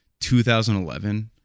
2011